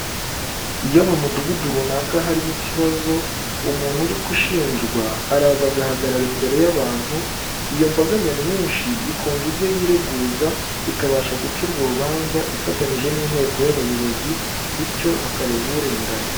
Iyo mu mudugudu runaka harimo ikibazo umuntu uri gushinjwa araza agahagarara imbere y'abantu iyo mbaga nyamwinshi ikumva ibyo yireguza, ikabasha guca urwo rubanza ifatanyije n'inteko y'abayobozi bityo bakareba urengana.